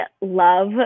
love